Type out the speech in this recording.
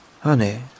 Honey